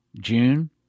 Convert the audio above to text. June